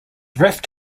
rift